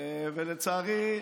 ולצערי,